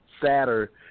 sadder